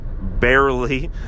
barely